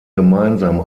gemeinsam